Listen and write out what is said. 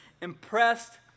impressed